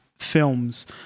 films